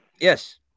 yes